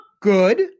good